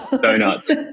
donuts